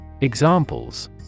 Examples